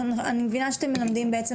אני מבינה שאתם מלמדים בעצם,